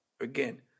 again